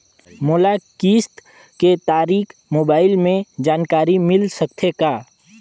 मोला किस्त के तारिक मोबाइल मे जानकारी मिल सकथे का?